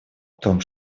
том